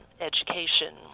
education